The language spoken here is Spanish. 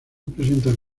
presentar